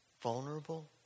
Vulnerable